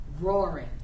roaring